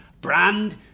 brand